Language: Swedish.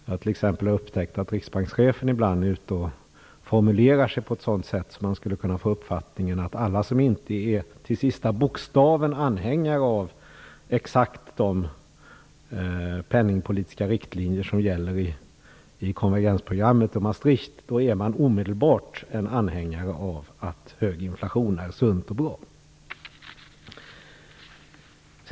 Jag har upptäckt att riksbankschefen ibland formulerar sig på ett sådant sätt att man skulle kunna få uppfattningen att alla som inte till sista bokstaven är anhängare av exakt de penningpolitiska riktlinjer som gäller i konvergensprogrammet och Maastrichtfördraget omedelbart är anhängare av att hög inflation är sunt och bra.